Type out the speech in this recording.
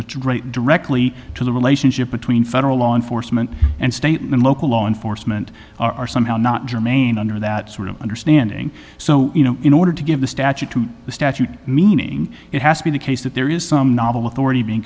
which right directly to the relationship between federal law enforcement and state and local law enforcement are somehow not germane under that sort of understanding so you know in order to give the statute to the statute meaning it has to be the case that there is some novel authority being